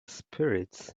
spirits